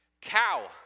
Cow